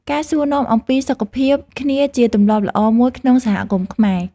ការសួរនាំអំពីសុខភាពគ្នាជាទម្លាប់ល្អមួយក្នុងសហគមន៍ខ្មែរ។